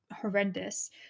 horrendous